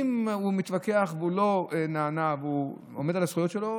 אם הוא מתווכח ולא נענה ועומד על הזכויות שלו,